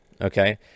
Okay